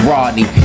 Rodney